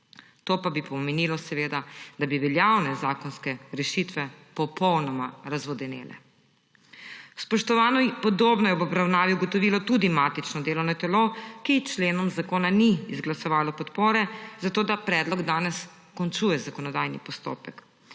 to pa bi pomenilo seveda, da bi veljavne zakonske rešitve popolnoma razvodenele. Spoštovani, podobno je v obravnavi ugotovilo tudi matično delovno telo, ki členom zakona ni izglasovalo podpore, zato ta predlog danes končuje zakonodajni postopek.